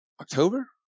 October